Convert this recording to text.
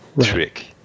trick